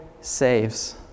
saves